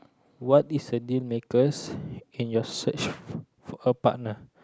what is a deal makers in your search for a partner